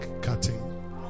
cutting